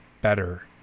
better